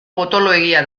potoloegia